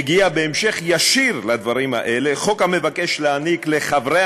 מגיע בהמשך ישיר לדברים האלה חוק שנועד להעניק לחברי